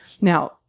Now